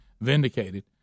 vindicated